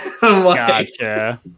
Gotcha